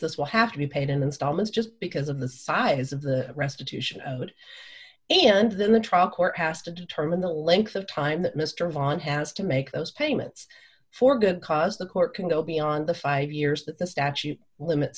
this will have to be paid in installments just because of the size of the restitution and then the trial court has to determine the length of time that mr von has to make those payments for good cause the court can go beyond the five years that the statute limits